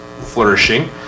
flourishing